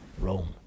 Rome